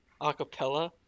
Acapella